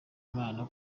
imana